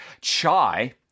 Chai